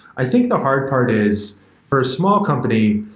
i think the hard part is for a small company,